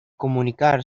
comunicar